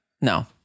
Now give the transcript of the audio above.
No